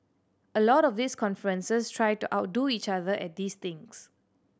a lot of these conferences try to outdo each other at these things